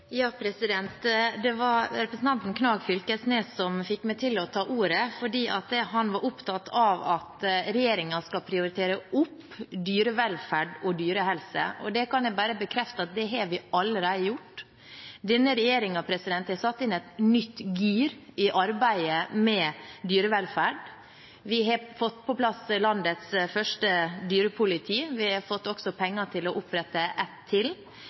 Det var representanten Knag Fylkesnes som fikk meg til å ta ordet, fordi han var opptatt av at regjeringen skal prioritere opp dyrevelferd og dyrehelse. Det kan jeg bare bekrefte at vi allerede har gjort. Denne regjeringen har satt inn et nytt gir i arbeidet med dyrevelferd. Vi har fått på plass landets første dyrepoliti. Vi har også fått penger til å opprette ett til.